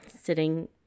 sitting